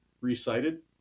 recited